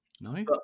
No